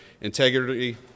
integrity